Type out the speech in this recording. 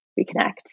reconnect